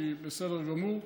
שהיא בסדר גמור.